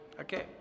Okay